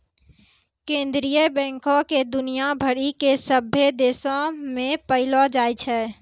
केन्द्रीय बैंको के दुनिया भरि के सभ्भे देशो मे पायलो जाय छै